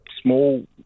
small